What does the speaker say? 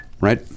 right